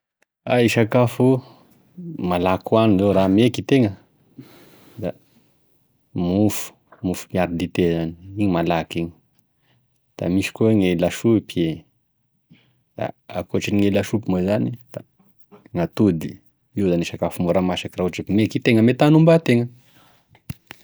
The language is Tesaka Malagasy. E sakafo malaky hoagny zao raha meky itegna da mofo miaro dite zany, igny malaky igny, da misy koa gne lasopy, da akoatrin'e lasopy moa zany da atody, io zany e sakafo mora masaky raha ohatra ka meky itegna ame tany ombategna.